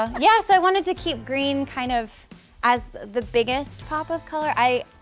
i yeah so wanted to keep green kind of as the biggest pop up color i,